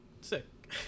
Sick